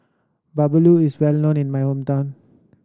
Bahulu is well known in my hometown